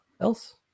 else